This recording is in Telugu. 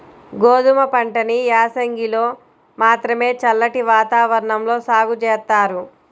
గోధుమ పంటని యాసంగిలో మాత్రమే చల్లటి వాతావరణంలో సాగు జేత్తారు